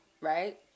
Right